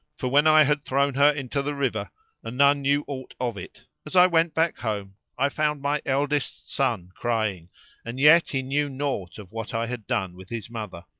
for, when i had thrown her into the river and none knew aught of it, as i went back home i found my eldest son crying and yet he knew naught of what i had done with his mother.